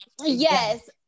Yes